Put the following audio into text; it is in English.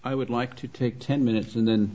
i would like to take ten minutes and then